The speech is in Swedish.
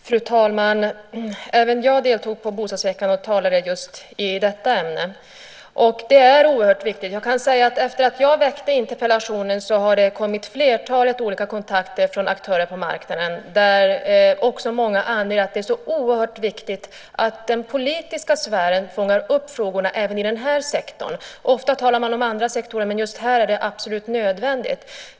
Fru talman! Även jag deltog på Bostadsveckan och talade i just detta ämne. Efter att jag ställde interpellationen har jag haft flertalet kontakter med olika aktörer på marknaden, och många anger att det är oerhört viktigt att den politiska sfären fångar upp frågorna även i den här sektorn. Ofta talar man om andra sektorer, men just i den här sektorn är det absolut nödvändigt.